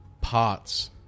parts